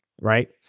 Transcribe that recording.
right